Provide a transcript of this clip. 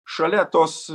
šalia tos